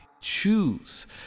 choose